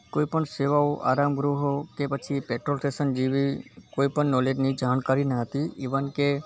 કોઈપણ સેવાઓ આરામગૃહો કે પછી પૅટ્રોલ સ્ટેશન જેવી કોઈપણ નૉલેજની જાણકારી ન હતી ઇવન કે